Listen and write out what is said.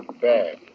Bad